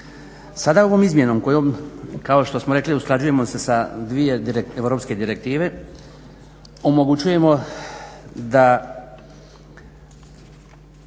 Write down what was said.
Sada ovom izmjenom kojom kao što smo rekli usklađujemo se sa dvije europske direktive omogućujemo da